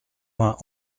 vingt